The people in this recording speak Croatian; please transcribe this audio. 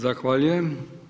Zahvaljujem.